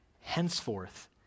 Henceforth